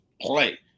play